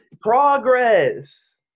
Progress